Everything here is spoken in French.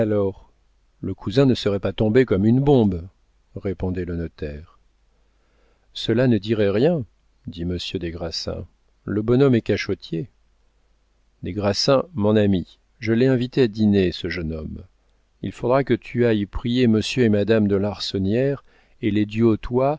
le cousin ne serait pas tombé comme une bombe répondait le notaire cela ne dirait rien dit monsieur des grassins le bonhomme est cachotier des grassins mon ami je l'ai invité à dîner ce jeune homme il faudra que tu ailles prier monsieur et madame de larsonnière et les du